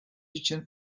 için